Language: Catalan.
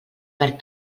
perd